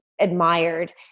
admired